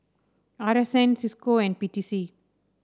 R S N Cisco and P T C